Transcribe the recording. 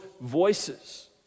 voices